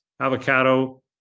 avocado